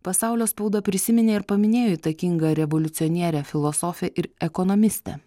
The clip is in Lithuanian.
pasaulio spauda prisiminė ir paminėjo įtakingą revoliucionierę filosofę ir ekonomistę